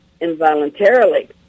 involuntarily